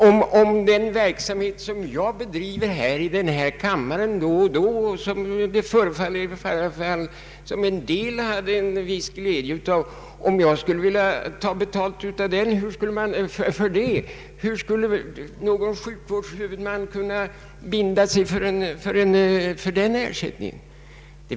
Jag bedriver ju en viss läkarverksamhet i denna kammare då och då, och det förefaller som om en del hade glädje av den. Om jag skulle vilja ta betalt härför, hur skulle då någon sjukvårdshuvudman kunna tänkas vilja binda sig för att stå som garant för den ersättningen?